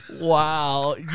Wow